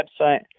website